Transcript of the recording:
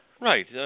Right